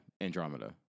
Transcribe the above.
Andromeda